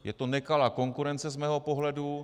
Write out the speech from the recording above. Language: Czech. Je to nekalá konkurence z mého pohledu.